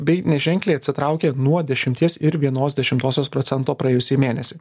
bei neženkliai atsitraukė nuo dešimties ir vienos dešimtosios procento praėjusį mėnesį